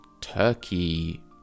turkey